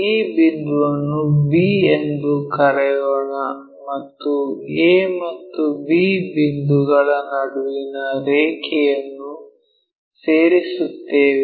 ಈ ಬಿಂದುವನ್ನು b ಎಂದು ಕರೆಯೋಣ ಮತ್ತು a ಮತ್ತು b ಬಿಂದುಗಳ ನಡುವಿನ ರೇಖೆಯನ್ನು ಸೇರಿಸುತ್ತೇವೆ